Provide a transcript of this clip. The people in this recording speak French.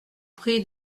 pris